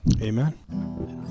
Amen